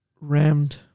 rammed